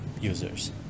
users